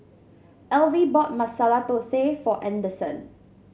Elvie bought Masala Thosai for Anderson